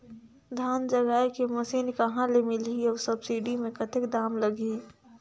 धान जगाय के मशीन कहा ले मिलही अउ सब्सिडी मे कतेक दाम लगही?